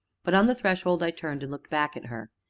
but on the threshold i turned and looked back at her.